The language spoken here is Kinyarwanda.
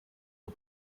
ubu